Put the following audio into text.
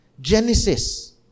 Genesis